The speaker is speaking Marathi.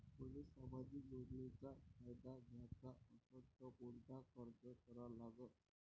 मले सामाजिक योजनेचा फायदा घ्याचा असन त कोनता अर्ज करा लागन?